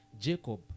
Jacob